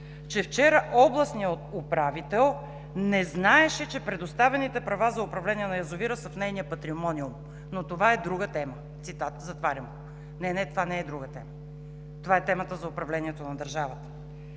че вчера областният управител не знаеше, че предоставените права за управление на язовира са в нейния патримониум, но това е друга тема“ – цитат, затварям. Не, не, това не е друга тема. Това е темата за управлението на държавата,